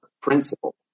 principle